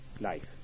life